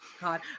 god